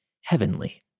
heavenly